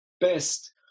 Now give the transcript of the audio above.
best